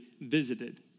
visited